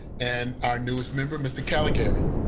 and our newest member, mr. calegory?